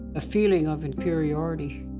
a feeling of inferiority.